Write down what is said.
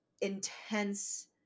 intense